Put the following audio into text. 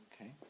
okay